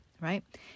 right